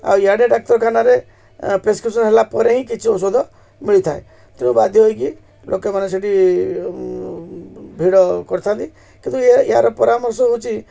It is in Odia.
ଆଉ ଇଆଡ଼େ ଡାକ୍ତରଖାନାରେ ପ୍ରେସ୍କ୍ରିପ୍ସନ୍ ହେଲା ପରେ ହିଁ କିଛି ଔଷଧ ମିଳିଥାଏ ତେଣୁ ବାଧ୍ୟ ହେଇକି ଲୋକମାନେ ସେଠି ଭିଡ଼ କରିଥାନ୍ତି କିନ୍ତୁ ଏ ଏହାର ପରାମର୍ଶ ହେଉଛି